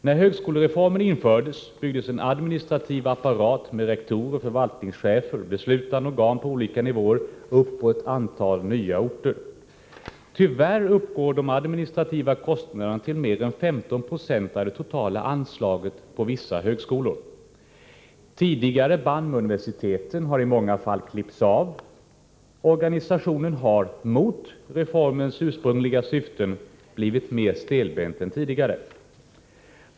När högskolereformen infördes byggdes en administrativ apparat med rektorer, förvaltningschefer och beslutande organ på olika nivåer upp på ett antal nya orter. Tyvärr uppgår de administrativa kostnaderna till mer än 15 Z av det totala anslaget vid vissa högskolor. Tidigare band med universiteten har i många fall klippts av, och organisationen har — mot reformens ursprungliga syften — blivit mer stelbent än tidigare.